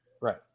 right